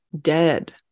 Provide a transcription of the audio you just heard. dead